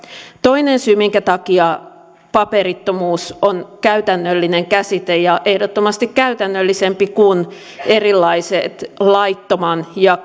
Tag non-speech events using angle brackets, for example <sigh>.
toinen syy minkä takia paperittomuus on käytännöllinen käsite ja ehdottomasti käytännöllisempi kuin erilaiset laittoman ja <unintelligible>